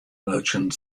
merchant